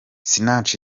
sinach